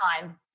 time